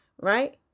right